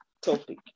Topic